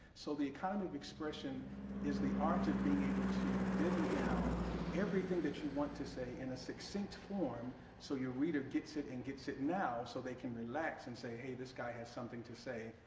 so the economy of expression is the art of being able to dither down everything that you want to say in a succinct form so your reader gets it and gets it now so they can relax and say hey, this guy has something to say.